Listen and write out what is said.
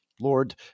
Lord